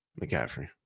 McCaffrey